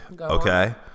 okay